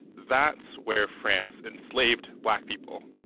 that's where france enslaved black people,